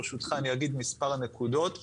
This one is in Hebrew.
ברשותך, אני אגיד מספר נקודות.